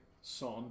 Son